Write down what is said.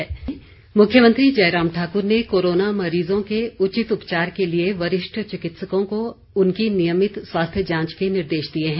मुख्यमंत्री मुख्यमंत्री जयराम ठाकुर ने कोरोना मरीजों के उचित उपचार के लिए वरिष्ठ चिकित्सकों को उनकी नियमित स्वास्थ्य जांच के निर्देश दिए हैं